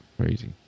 Crazy